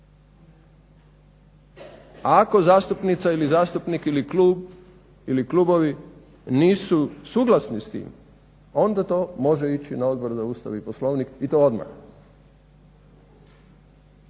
Ako zastupnica ili zastupnik ili klub ili klubovi nisu suglasni s tim, onda to može ići na Odbor za Ustav i Poslovnik i to odmah,